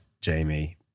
jamie